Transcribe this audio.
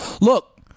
Look